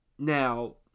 Now